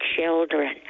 children